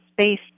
space